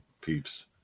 peeps